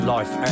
Life